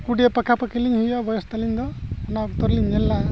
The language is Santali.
ᱠᱩᱲᱤᱭᱟᱹ ᱯᱟᱠᱟᱼᱯᱟᱠᱤ ᱞᱤᱧ ᱦᱩᱭᱩᱜᱼᱟ ᱵᱚᱭᱚᱥ ᱛᱟᱞᱤᱧ ᱫᱚ ᱚᱱᱟ ᱚᱠᱛᱚ ᱨᱮᱞᱤᱧ ᱧᱮᱞ ᱞᱮᱫᱼᱟ